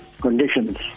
conditions